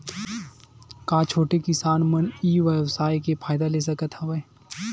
का छोटे किसान मन ई व्यवसाय के फ़ायदा ले सकत हवय?